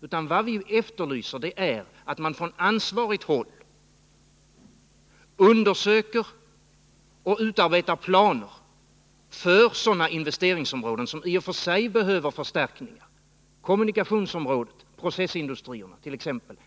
Vad vi efterlyser är att man från ansvarigt håll undersöker och utarbetar planer för sådana investeringsområden som i och för sig behöver förstärkningar — kommunikationsområdet, processindustrierna,